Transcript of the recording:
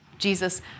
Jesus